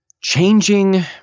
changing –